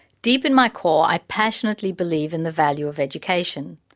deep in my core, i passionately believe in the value of education,